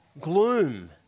gloom